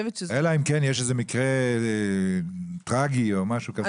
אלא אם כן יש איזה מקרה טרגי או משהו כזה,